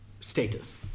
status